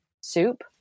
soup